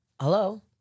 hello